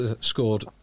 scored